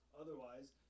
otherwise